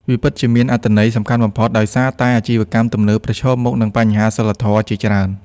វាពិតជាមានអត្ថន័យសំខាន់បំផុត ដោយសារតែអាជីវកម្មទំនើបប្រឈមមុខនឹងបញ្ហាសីលធម៌ជាច្រើន។